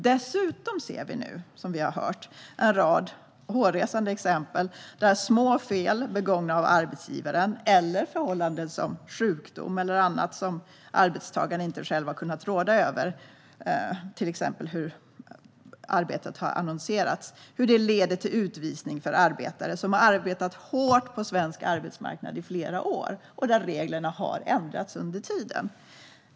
Dessutom ser vi nu, som vi har hört, en rad hårresande exempel där små fel begångna av arbetsgivaren eller förhållanden som sjukdom eller annat som arbetstagaren inte själv har kunnat råda över, till exempel hur arbetet har annonserats, leder till utvisning för arbetare som i flera år har arbetat hårt på svensk arbetsmarknad, där reglerna har ändrats under tiden.